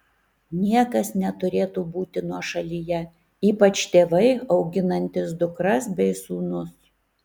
niekas neturėtų būti nuošalyje ypač tėvai auginantys dukras bei sūnus